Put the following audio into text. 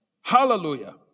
Hallelujah